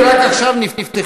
אבל היא רק עכשיו נפתחה.